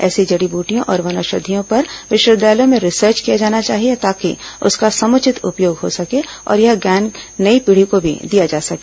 ऐसे जड़ी बूटियों और वनौषधियों पर विश्वविद्यालयों में रिसर्च किया जाना चाहिए ताकि उसका समुचित उपयोग हो और यह ज्ञान नई पीढ़ी को भी दिया जा सके